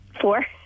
four